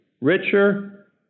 richer